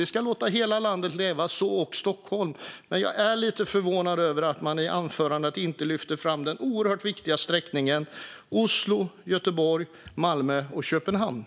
Vi ska låta hela landet leva, också Stockholm. Men jag är lite förvånad över att sträckningen Oslo-Göteborg-Malmö-Köpenhamn inte lyftes fram i anförandet.